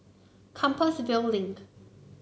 Compassvale Link